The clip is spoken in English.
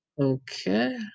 Okay